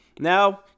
Now